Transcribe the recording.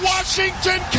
Washington